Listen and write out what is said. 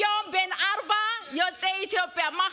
היום זה יוצא אתיופיה בן ארבע,